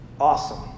Awesome